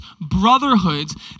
brotherhoods